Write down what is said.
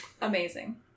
Amazing